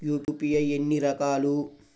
UPI ఎన్ని రకాలు?